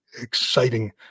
exciting